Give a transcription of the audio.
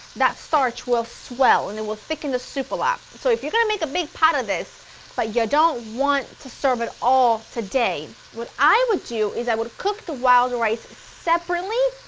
that starch will swell and it will thicken the soup a lot. so if you're going to make a big pot of this but you don't want to serve it all today, what i would do is i would cook the wild rice separately,